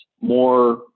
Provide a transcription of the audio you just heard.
more